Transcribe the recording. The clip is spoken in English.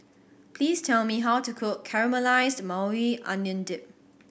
please tell me how to cook Caramelized Maui Onion Dip